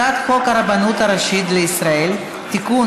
הצעת חוק הרבנות הראשית לישראל (תיקון,